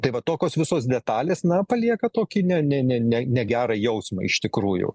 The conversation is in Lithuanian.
tai va tokios visos detalės na palieka tokį ne ne ne ne negerą jausmą iš tikrųjų